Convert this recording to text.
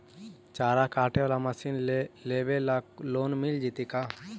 चारा काटे बाला मशीन लेबे ल लोन मिल जितै का?